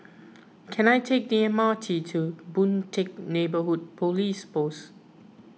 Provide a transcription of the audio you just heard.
can I take the M R T to Boon Teck Neighbourhood Police Post